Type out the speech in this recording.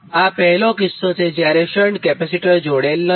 આ પહેલો કિસ્સો છે જ્યારે શંટ કેપેસિટર જોડેલ નથી